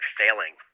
failing